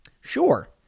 Sure